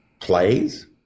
plays